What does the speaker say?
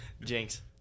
Jinx